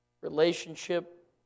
relationship